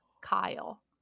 Kyle